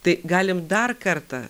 tai galim dar kartą